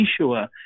Yeshua